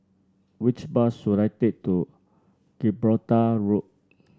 which bus should I take to Gibraltar Road